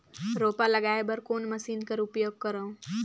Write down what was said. रोपा लगाय बर कोन मशीन कर उपयोग करव?